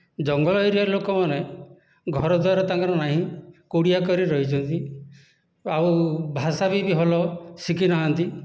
ଜଙ୍ଗଲ ଏରିଆର ଲୋକମାନେ ଘରଦ୍ଵାର ତାଙ୍କର ନାହିଁ କୁଡ଼ିଆ କରି ରହିଛନ୍ତି ଆଉ ଭାଷା ବି ଭଲ ଶିଖିନାହାନ୍ତି